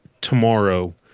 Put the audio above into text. tomorrow